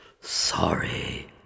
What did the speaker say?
Sorry